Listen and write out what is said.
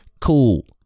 cool